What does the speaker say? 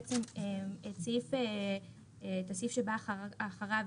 את הסעיף שבא אחריו,